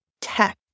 tech